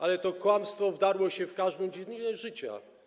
Ale to kłamstwo wdarło się w każdą dziedzinę życia.